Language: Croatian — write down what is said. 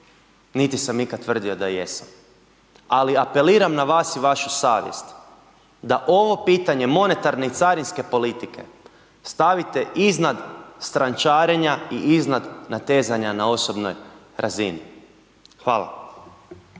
niti sam ikada tvrdio da jesam, ali apeliram na vas i vašu savjest, da ovo pitanje, monetarne i carinske politike, stavite iznad strančarenja i iznad natezanja na osobnoj razini. Hvala.